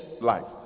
life